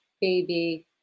baby